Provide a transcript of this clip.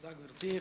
תודה, גברתי.